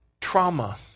trauma